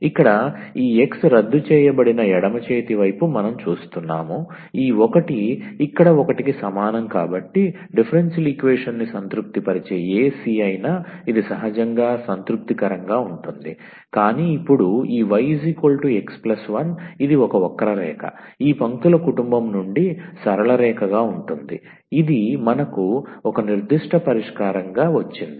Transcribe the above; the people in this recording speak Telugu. ఇక్కడ ఈ x రద్దు చేయబడిన ఎడమ చేతి వైపు మనం చూస్తున్నాంఈ 1 ఇక్కడ 1 కి సమానం కాబట్టి డిఫరెన్షియల్ ఈక్వేషన్ని సంతృప్తిపరిచే ఏ c అయినా ఇది సహజంగా సంతృప్తికరంగా ఉంటుంది కానీ ఇప్పుడు ఈ 𝑦 𝑥 1 ఇది ఒక వక్రరేఖ ఈ పంక్తుల కుటుంబం నుండి సరళ రేఖగా ఉంటుంది ఇది మనకు ఒక నిర్దిష్ట పరిష్కారంగా వచ్చింది